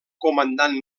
comandant